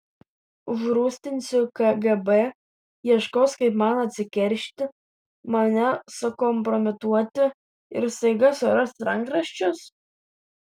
užrūstinsiu kgb ieškos kaip man atsikeršyti mane sukompromituoti ir staiga suras rankraščius